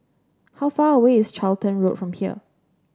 how far away is Charlton Road from here